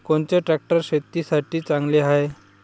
कोनचे ट्रॅक्टर शेतीसाठी चांगले हाये?